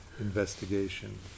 investigation